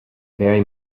very